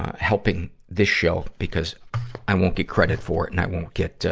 helping the show, because i won't get credit for it and i won't get, ah,